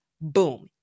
Boom